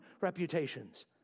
reputations